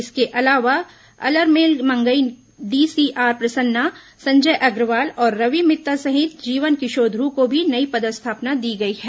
इसके अलावा Alarmelmangai D C R Prasanna Sanjay Agrawal और रवि मित्तल सहित जीवन किशोर ध्र्व को भी नई पदस्थापना दी गई है